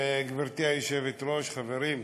גברתי היושבת-ראש, חברים,